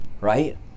right